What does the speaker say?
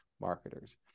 marketers